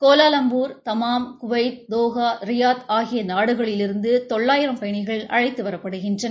Kuala Lumpur Dammam Kuwait Doha Riyadh ஆகிய நாடுகளிருந்து தொள்ளாயிரம் பயணிகள் அழைத்துவரப்படுகின்றனர்